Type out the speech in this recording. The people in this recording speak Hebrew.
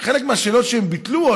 חלק מהשאלות שהם ביטלו,